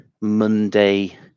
Monday